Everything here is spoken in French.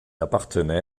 appartenait